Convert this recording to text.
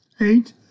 Eight